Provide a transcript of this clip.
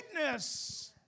greatness